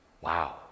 Wow